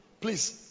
Please